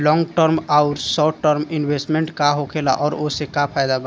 Long term आउर short term investment का होखेला और ओसे का फायदा बा?